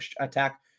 attack